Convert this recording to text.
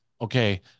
okay